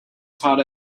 taught